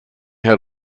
had